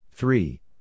Three